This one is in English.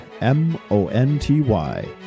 M-O-N-T-Y